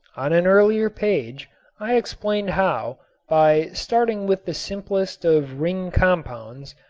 on an earlier page i explained how by starting with the simplest of ring-compounds,